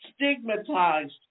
stigmatized